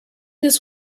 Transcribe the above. this